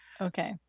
Okay